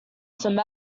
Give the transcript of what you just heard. some